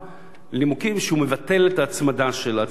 מה הנימוקים לביטול ההצמדה של הצעות החוק,